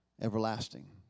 everlasting